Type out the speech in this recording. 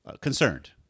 concerned